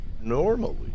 normally